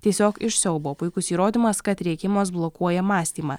tiesiog iš siaubo puikus įrodymas kad rėkimas blokuoja mąstymą